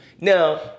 Now